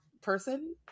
person